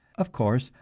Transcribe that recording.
of course,